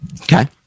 Okay